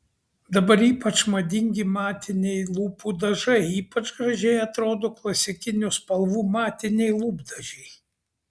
dabar ypač madingi matiniai lūpų dažai ypač gražiai atrodo klasikinių spalvų matiniai lūpdažiai